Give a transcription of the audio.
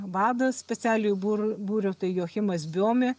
vadas specialiojo būr būrio tai joachimas biomė